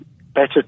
better